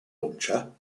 launcher